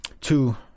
Two